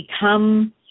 become